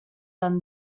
than